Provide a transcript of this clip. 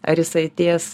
ar jisai atėjęs